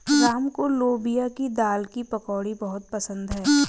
राम को लोबिया की दाल की पकौड़ी बहुत पसंद हैं